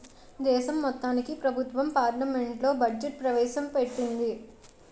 దేశం మొత్తానికి ప్రభుత్వం పార్లమెంట్లో బడ్జెట్ ప్రవేశ పెట్టింది